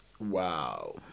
Wow